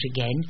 again